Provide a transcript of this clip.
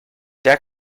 der